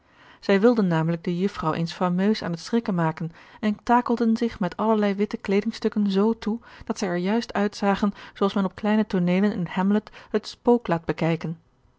zij wilden namelijk de jufvrouw eens fameus aan het schrikken maken en takelden zich met allerlei witte kleedingstukken z toe dat zij er juist uitzagen zoo als men op kleine tooneelen in hamlet het spook laat bekijken